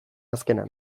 azkena